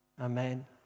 Amen